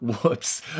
Whoops